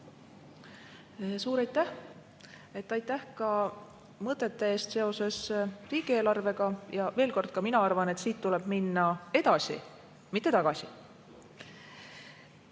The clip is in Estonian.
Suur aitäh! Aitäh ka mõtete eest seoses riigieelarvega! Veel kord: ka mina arvan, et siit tuleb minna edasi, mitte